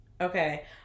Okay